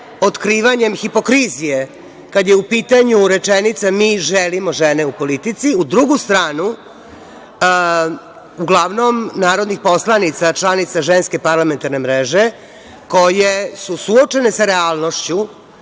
otkrivanjem hipokrizije kada je u pitanju rečenica – mi želimo žene u politici, u drugu stranu uglavnom narodnih poslanica članica Ženske parlamentarne mreže, koje su suočene sa realnošću